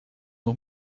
nog